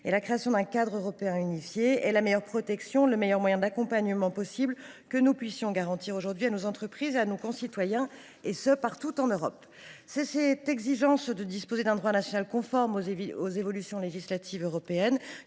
La création d’un cadre européen unifié est la meilleure protection et le meilleur moyen d’accompagnement que nous puissions garantir à nos entreprises et à nos concitoyens, et ce partout en Europe. C’est cette exigence de disposer d’un droit national conforme aux évolutions législatives européennes